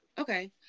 okay